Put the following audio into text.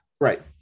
Right